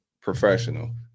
professional